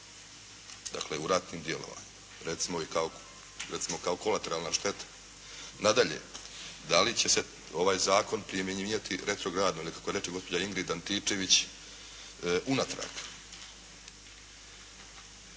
Dakle, u ratnim djelovanjem. Recimo, kao kolateralna šteta. Nadalje, da li će se ovaj zakon primjenjivati retrogradno ili kako reče gospođa Ingrid Antičević unatrag?